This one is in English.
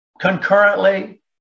concurrently